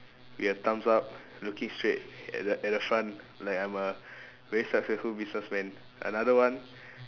we have thumbs up looking straight at the at the front like I'm a very successful businessman another one